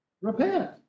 Repent